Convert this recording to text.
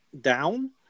down